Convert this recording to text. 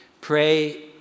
Pray